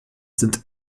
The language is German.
sind